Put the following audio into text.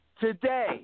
today